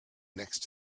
next